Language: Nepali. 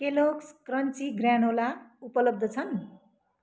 केलोग्स क्रन्ची ग्रेनोला उपलब्ध छन्